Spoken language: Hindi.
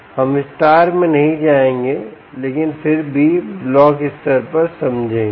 हम विस्तार में नहीं जाएंगे लेकिन फिर भी ब्लॉक स्तर पर समझेंगे